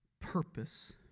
purpose